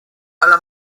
alla